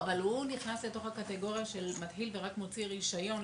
אבל הוא נכנס לתוך הקטגוריה של מי שרק מתחיל בלהוציא רישיון.